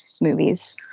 movies